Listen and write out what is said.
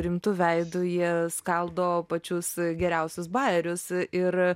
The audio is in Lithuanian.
rimtu veidu jie skaldo pačius geriausius bajerius ir